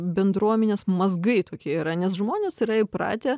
bendruomenės mazgai tokie yra nes žmonės yra įpratę